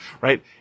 right